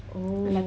oh